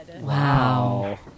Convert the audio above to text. Wow